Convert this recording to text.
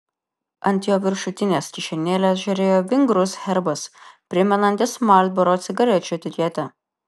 ant jo viršutinės kišenėlės žėrėjo vingrus herbas primenantis marlboro cigarečių etiketę